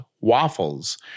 waffles